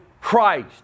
Christ